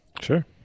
Sure